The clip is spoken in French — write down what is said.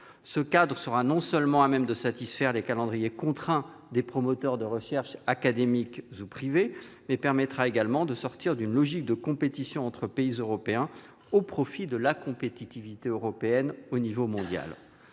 Ce cadre sera non seulement à même de satisfaire les calendriers contraints des promoteurs de recherches, académiques comme privés, mais permettra également de sortir d'une logique de compétition entre pays européens au profit de la compétitivité européenne au niveau mondial.